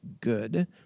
good